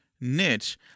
niche